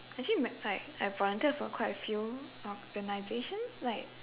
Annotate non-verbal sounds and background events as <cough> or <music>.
actually <noise> like I volunteered for quite a few organisations like